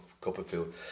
Copperfield